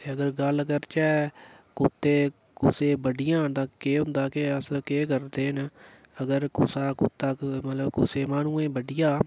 ते अगर गल्ल करचै कुत्ते कुसै ई बड्ढी जान तां केह् होंदा ते अस केह् करदे न अगर कुसा कुत्ता मतलब कुसै माह्नुऐं बड्ढी जा